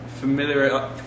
familiar